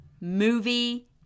movie